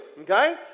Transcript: okay